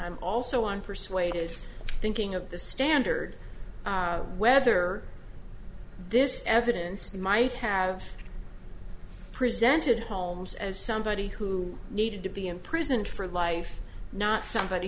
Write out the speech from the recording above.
i'm also on persuaded thinking of the standard whether this evidence might have presented holmes as somebody who needed to be imprisoned for life not somebody